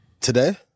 Today